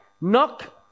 Knock